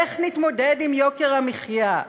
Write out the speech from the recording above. איך נתמודד עם יוקר המחיה?